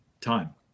time